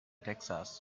texas